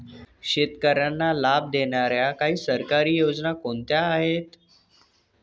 शेतकऱ्यांना लाभ देणाऱ्या काही सरकारी योजना कोणत्या आहेत?